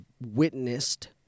witnessed